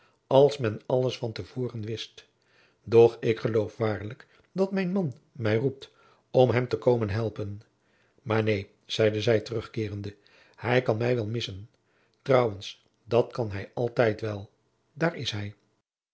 als men alles van te voren wist doch ik geloof waarlijk dat mijn man mij roept om hem te komen helpen maar neen zeide zij terugkeerende hij kan mij wel missen trouwens dat kan hij altijd wel daar is hij